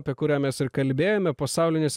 apie kurią mes ir kalbėjome pasaulinis